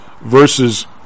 versus